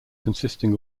consisting